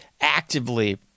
actively